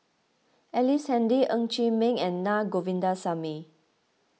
Ellice Handy Ng Chee Meng and Na Govindasamy